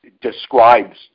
describes